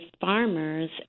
farmers